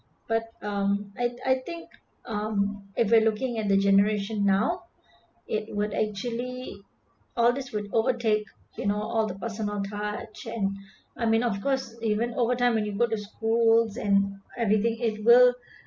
but um I I think um if we're looking at the generation now it would actually all this would overtake you know all the personal touch and I mean of course even overtime when you go to schools and everything it will